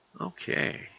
Okay